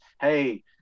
hey